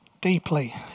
deeply